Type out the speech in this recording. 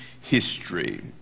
history